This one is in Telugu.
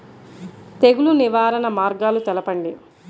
తెగులు నివారణ మార్గాలు తెలపండి?